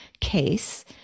case